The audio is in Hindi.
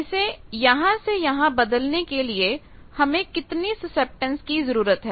इसे यहां से यहां बदलने के लिए हमें कितनी सुसेप्टेंस की जरूरत है